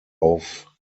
auf